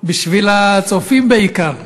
בשביל הצופים בעיקר.